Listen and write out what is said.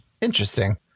interesting